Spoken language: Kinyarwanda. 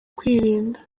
kwirinda